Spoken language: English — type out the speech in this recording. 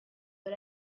but